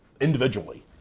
individually